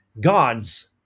gods